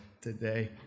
today